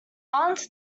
aunt